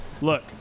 look